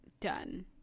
done